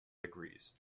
agrees